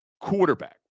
quarterback